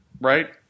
Right